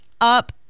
up